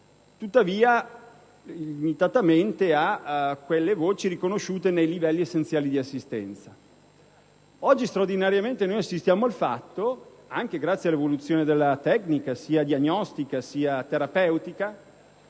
tuttavia limitatamente per quelle voci riconosciute nei livelli essenziali di assistenza. Oggi straordinariamente assistiamo al fatto, anche grazie all'evoluzione della tecnica sia diagnostica che terapeutica,